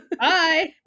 Bye